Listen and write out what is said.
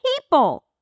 people